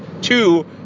Two